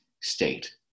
state